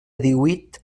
díhuit